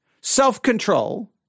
self-control